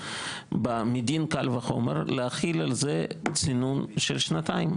מדין קל וחומר להחיל על זה צינון של שנתיים.